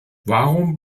warum